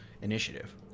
initiative